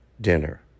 dinner